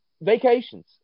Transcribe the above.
vacations